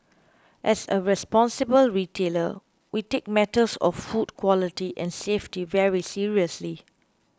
as a responsible retailer we take matters of food quality and safety very seriously